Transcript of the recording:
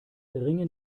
ringen